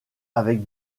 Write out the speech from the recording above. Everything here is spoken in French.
avec